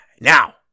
Now